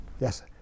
Yes